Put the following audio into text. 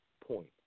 point